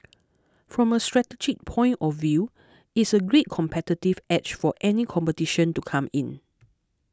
from a strategic point of view it's a great competitive edge for any competition to come in